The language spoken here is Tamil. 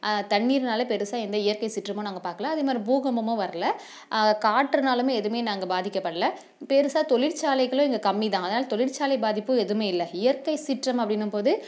தண்ணீரினால பெரிசா எந்த இயற்கை சீற்றமும் நாங்கள் பார்க்கல அதே மாதிரி பூகம்பமும் வரல காற்றினாலுமே எதுவுமே நாங்கள் பாதிக்கப்படலை பெரிசா தொழிற்சாலைகளும் இங்கே கம்மி தான் அதனால் தொழிற்சாலை பாதிப்பும் எதுவுமே இல்ல இயற்கை சீற்றம் அப்படினும் போது